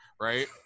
right